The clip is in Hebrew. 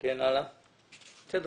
בסדר.